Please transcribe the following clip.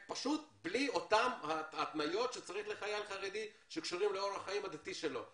בלי אותן התניות של חייל חרדי שקשורות לאורח החיים הדתי שלו.